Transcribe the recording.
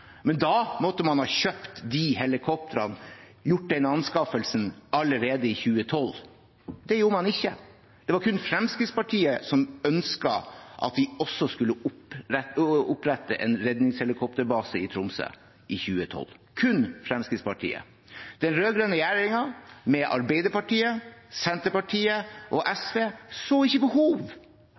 Men da måtte man ha kjøpt de helikoptrene, gjort den anskaffelsen, allerede i 2012. Det gjorde man ikke. Kun Fremskrittspartiet ønsket at vi også skulle opprette en redningshelikopterbase i Tromsø i 2012 – kun Fremskrittspartiet. Den rød-grønne regjeringen, med Arbeiderpartiet, Senterpartiet og SV, så ikke behov